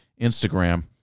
Instagram